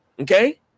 okay